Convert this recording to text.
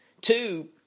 Two